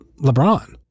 LeBron